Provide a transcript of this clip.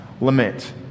lament